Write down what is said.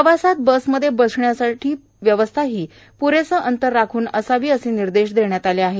प्रवासात बस मध्ये बसण्याची व्यवस्थाही प्रेसे अंतर राखून असावी असे निर्देशही देण्यात आले आहेत